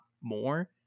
more